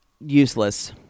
Useless